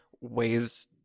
ways